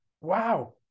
wow